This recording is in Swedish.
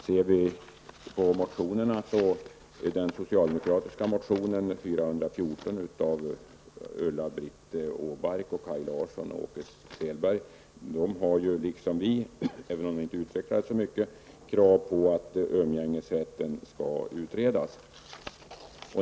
Socialdemokraterna Ulla-Britt Åbark, Kaj Larsson och Åke Selberg har i sin motion 414, liksom vi, även om detta inte utvecklats, ställt krav på att umgängesrätten skall utredas.